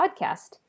podcast